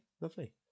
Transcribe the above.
Lovely